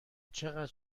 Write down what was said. چقدر